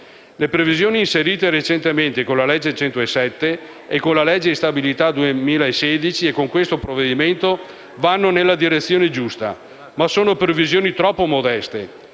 Le previsioni inserite recentemente con la legge n. 107, con la legge di stabilità 2016 e con questo provvedimento vanno nella direzione giusta, ma sono previsioni troppo modeste,